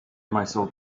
myself